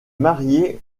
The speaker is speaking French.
mariée